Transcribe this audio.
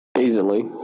Easily